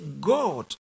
God